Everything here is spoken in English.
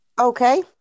Okay